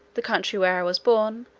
the country where i was born,